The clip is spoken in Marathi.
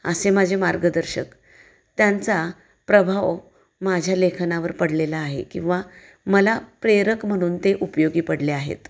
असे माझे मार्गदर्शक त्यांचा प्रभाव माझ्या लेखनावर पडलेला आहे किंवा मला प्रेरक म्हणून ते उपयोगी पडले आहेत